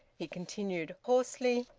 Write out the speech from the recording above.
he continued hoarsely,